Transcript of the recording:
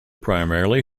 primarily